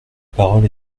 parole